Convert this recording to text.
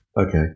Okay